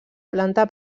planta